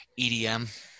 EDM